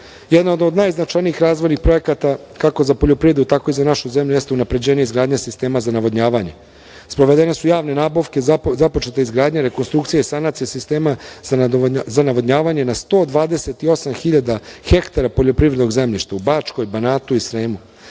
od najznačajnijih razvojnih projekata kako za poljoprivredu tako i za našu zemlju, jeste unapređenja izgradnje sistema za navodnjavanje. Sprovedene su javne nabavke, započeta je izgradnja, rekonstrukcija i sanacija sistema za navodnjavanje na 128.000 hektara poljoprivrednog zemljišta. Dakle, u Bačkoj, Banatu i Sremu